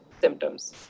symptoms